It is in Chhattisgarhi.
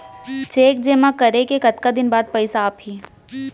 चेक जेमा करे के कतका दिन बाद पइसा आप ही?